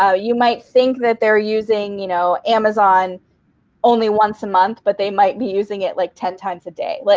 ah you might think that they're using you know amazon only once a month, but they might be using it like ten times a day. like